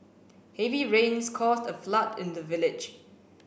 heavy rains caused a flood in the village